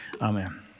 Amen